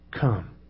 come